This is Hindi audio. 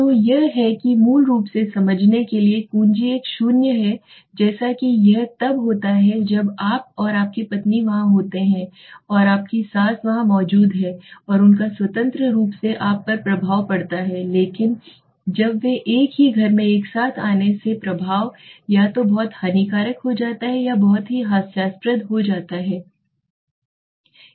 तो यह है कि मूल रूप से समझने के लिए कुंजी एक शून्य है जैसा कि यह तब होता है जब आप और आपकी पत्नी वहां होते हैं और आपकी सास वहां मौजूद है और उनका स्वतंत्र रूप से आप पर प्रभाव पड़ता है लेकिन जब वे एक ही घर में एक साथ आने से प्रभाव या तो बहुत हानिकारक हो जाता है या बहुत ही हास्यप्रद हो जाता है